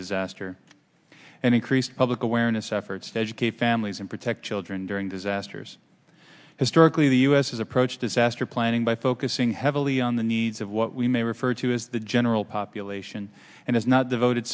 disaster and increased public awareness efforts to educate families and protect children during disasters historically the us has approached disaster planning by focusing heavily on the needs of what we may refer to as the general population and is not devoted